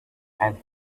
and